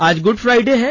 आज good Friday है